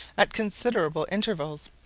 at considerable intervals,